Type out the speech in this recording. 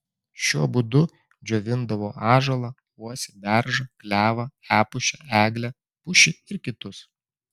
šiuo būdu džiovindavo ąžuolą uosį beržą klevą epušę eglę pušį ir kitus